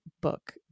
book